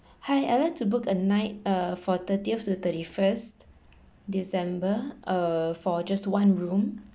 hi I like to book a night uh for thirtieth to thirty first december uh for just one room